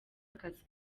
akazi